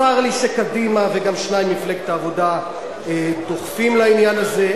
צר לי שקדימה וגם שניים ממפלגת העבודה דוחפים לעניין הזה.